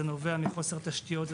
זה נובע מחוסר תשתיות,